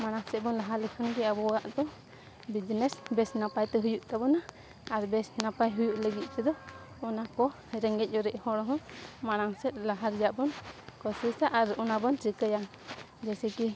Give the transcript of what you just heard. ᱢᱟᱲᱟᱝ ᱥᱮᱫ ᱵᱚᱱ ᱞᱟᱦᱟ ᱞᱮᱠᱷᱟᱱ ᱜᱮ ᱟᱵᱚᱣᱟᱜ ᱫᱚ ᱵᱤᱡᱽᱱᱮᱥ ᱵᱮᱥ ᱱᱟᱯᱟᱭ ᱛᱮ ᱦᱩᱭᱩᱜ ᱛᱟᱵᱚᱱᱟ ᱟᱨ ᱵᱮᱥ ᱱᱟᱯᱟᱭ ᱦᱩᱭᱩᱜ ᱞᱟᱹᱜᱤᱫ ᱛᱮᱫᱚ ᱚᱱᱟ ᱠᱚ ᱨᱮᱸᱜᱮᱡ ᱚᱨᱮᱡ ᱦᱚᱲ ᱦᱚᱸ ᱢᱟᱲᱟᱝ ᱥᱮᱫ ᱞᱟᱦᱟ ᱨᱮᱭᱟᱜ ᱵᱚᱱ ᱠᱚᱥᱮᱥᱟ ᱟᱨ ᱚᱱᱟ ᱵᱚᱱ ᱪᱤᱠᱟᱹᱭᱟ ᱡᱮᱥᱮᱠᱤ